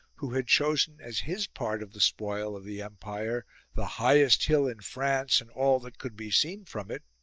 who had chosen as his part of the spoil of the empire the highest hill in france and all that could be seen from it,